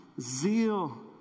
zeal